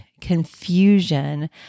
confusion